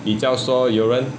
比较说有人